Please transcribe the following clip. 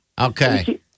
Okay